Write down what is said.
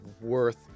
worth